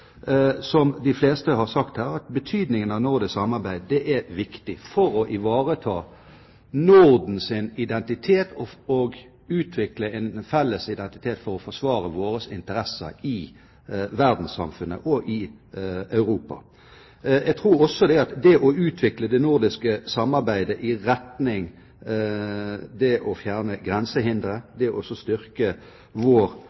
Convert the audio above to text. som de fleste her, at betydningen av nordisk samarbeid er viktig for å ivareta Nordens identitet og å utvikle en felles identitet for å forsvare våre interesser i verdenssamfunnet og i Europa. Jeg tror også at det å utvikle det nordiske samarbeidet i retning av å fjerne grensehinder, styrke vår